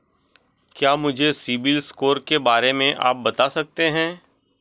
क्या मुझे सिबिल स्कोर के बारे में आप बता सकते हैं?